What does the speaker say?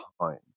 time